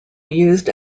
used